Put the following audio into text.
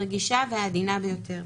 הרגישה והעדינה ביותר.